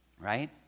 right